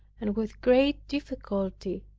and with great difficulty,